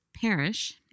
parish